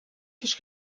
tisch